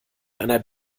einer